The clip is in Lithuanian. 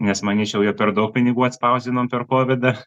nes manyčiau jau per daug pinigų atspausdinom per kovidą